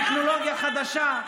טכנולוגיה חדשה.